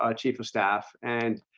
ah chief of staff and